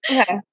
Okay